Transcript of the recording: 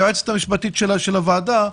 היועצת המשפטית של הוועדה.